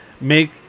make